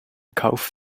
kauf